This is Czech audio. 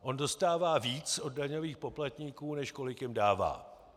On dostává víc od daňových poplatníků, než kolik jim dává.